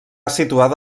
situada